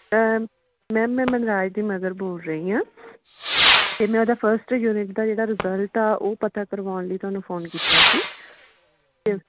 ma'am ਮੈਂ ਮਨਰਾਜ ਦੀ mother ਬੋਲ ਰਹੀ ਹਾਂ ਅਤੇ ਮੈਂ ਉਹ ਦਾ ਫਸਟ ਯੂਨਿਟ ਦਾ ਜਿਹੜਾ ਰਿਜਲਟ ਆ ਉਹ ਪਤਾ ਕਰਵਾਉਣ ਲਈ ਤੁਹਾਨੂੰ ਫੋਨ ਕੀਤਾ ਸੀ ਅਤੇ